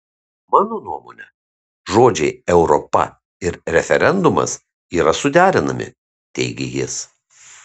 mano nuomone žodžiai europa ir referendumas yra suderinami teigė jis